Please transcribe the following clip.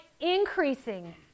increasing